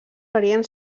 farien